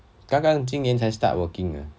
刚刚今年才 start working